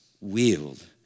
wield